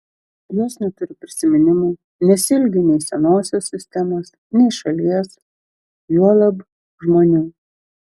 jos neturi prisiminimų nesiilgi nei senosios sistemos nei šalies juolab žmonių